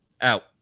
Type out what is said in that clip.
out